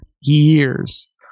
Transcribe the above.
years